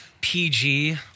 PG